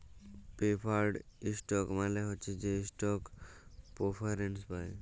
preferred stock মালে হছে সে ইস্টক প্রেফারেল্স পায়